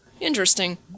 Interesting